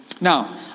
Now